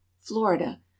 Florida